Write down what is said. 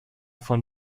von